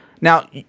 now